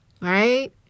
right